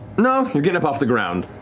no, you're getting up off the ground.